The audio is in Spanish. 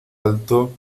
alto